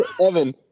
Evan